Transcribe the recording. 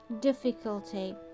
difficulty